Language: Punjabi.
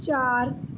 ਚਾਰ